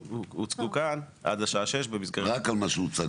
שהוצגו כאן עד השעה 18:00. רק על מה שהוצג כאן?